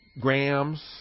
grams